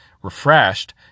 refreshed